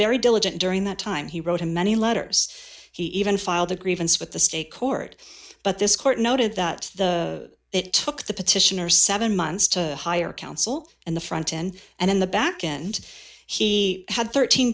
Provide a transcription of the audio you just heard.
very diligent during that time he wrote a many letters he even filed a grievance with the state court but this court noted that the it took the petitioner seven months to hire counsel and the front end and in the back and he had thirteen